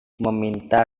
meminta